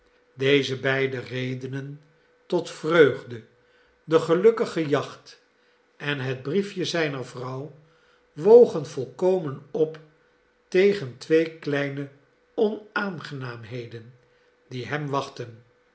deze beide redenen tot vreugde de gelukkige jacht en het briefje zijner vrouw wogen volkomen op tegen twee kleine onaangenaamheden die hem wachtten